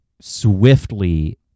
swiftly